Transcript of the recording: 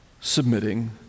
submitting